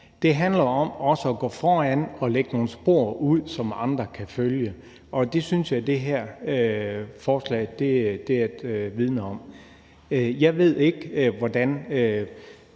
Det handler også om at gå foran og lægge nogle spor ud, som andre kan følge, og det syntes jeg det her forslag et udtryk for. Jeg ved ikke, hvordan